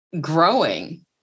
Growing